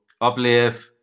uplift